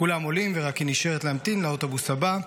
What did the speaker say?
כולם עולים ורק היא נשארת להמתין לאוטובוס הבא,